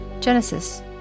Genesis